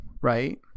right